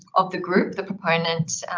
of the group, the proponent,